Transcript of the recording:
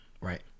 right